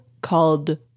called